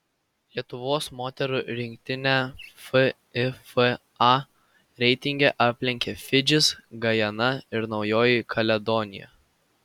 lietuvos moterų rinktinę fifa reitinge aplenkė fidžis gajana ir naujoji kaledonija